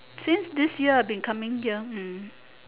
since this year I've been coming here hmm